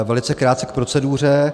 Velice krátce k proceduře.